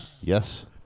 Yes